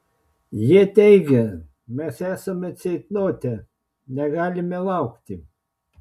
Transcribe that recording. jie teigia mes esame ceitnote negalime laukti